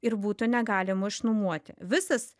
ir butų negalima išnuomoti visas